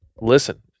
listen